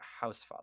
Housefather